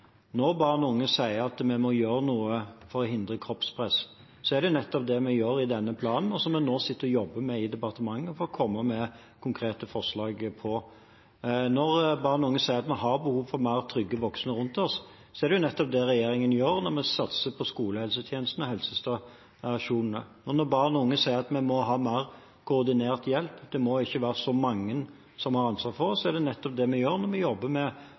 Når barn og unge sier at vi må gjøre noe for å hindre kroppspress, er det nettopp det vi gjør i denne planen, og som vi nå sitter og jobber med i departementet for å komme med konkrete forslag på. Når barn og unge sier at de har behov for flere trygge voksne rundt seg, er det nettopp det regjeringen gjør når vi satser på skolehelsetjenesten og helsestasjonene. Og når barn og unge sier at de må ha mer koordinert hjelp, at det ikke må være så mange som har ansvar for dem, er det nettopp det vi gjør når vi jobber med